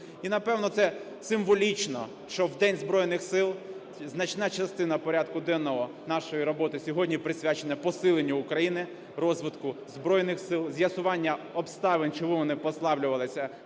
І, напевно, це символічно, що в День Збройних Сил значна частина порядку денного нашої роботи сьогодні присвячена посиленню України, розвитку Збройних Сил, з'ясування обставин, чому вони послаблювалися